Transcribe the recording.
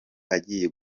agiye